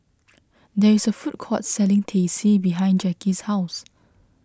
there is a food court selling Teh C behind Jacky's house